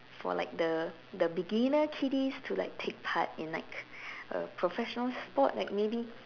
for like the the beginner kiddies to like take part in like a professional sport like maybe